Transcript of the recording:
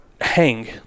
hang